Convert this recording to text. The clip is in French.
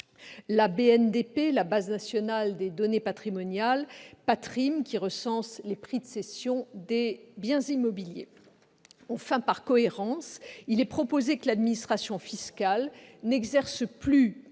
la BNDP, la base nationale des données patrimoniales, et de PATRIM, qui recense les prix de cession des biens immobiliers. Enfin, par cohérence, il est proposé que l'administration fiscale n'exerce plus